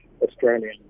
Australian